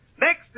Next